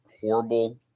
horrible